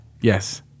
Yes